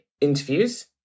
interviews